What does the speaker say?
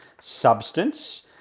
Substance